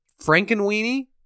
frankenweenie